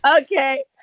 Okay